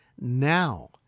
Now